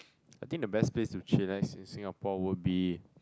I think the best place to chillax in Singapore will be